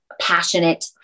passionate